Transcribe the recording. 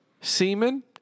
semen